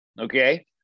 okay